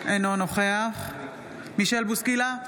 אינו נוכח מישל בוסקילה,